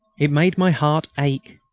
it made my heart ache.